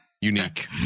unique